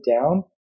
down